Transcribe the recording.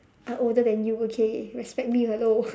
I older than you okay respect me hello